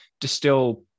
distill